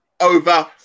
over